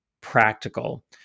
practical